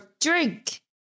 drink